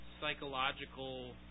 psychological